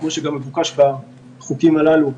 כמו שגם מבוקש בחוקים הללו,